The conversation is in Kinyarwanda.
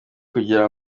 kugira